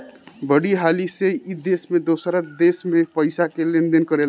बड़ी हाली से ई देश से दोसरा देश मे पइसा के लेन देन करेला